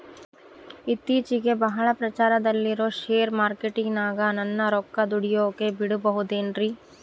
ಇತ್ತೇಚಿಗೆ ಬಹಳ ಪ್ರಚಾರದಲ್ಲಿರೋ ಶೇರ್ ಮಾರ್ಕೇಟಿನಾಗ ನನ್ನ ರೊಕ್ಕ ದುಡಿಯೋಕೆ ಬಿಡುಬಹುದೇನ್ರಿ?